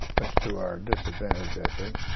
much to our disadvantage i think,